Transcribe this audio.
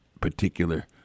particular